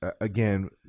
Again